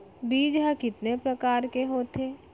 बीज ह कितने प्रकार के होथे?